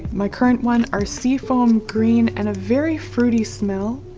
my current one are seafoam green and a very fruity smell